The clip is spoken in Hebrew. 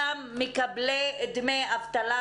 גם מקבלי דמי אבטלה,